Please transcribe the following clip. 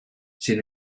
sin